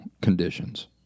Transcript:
conditions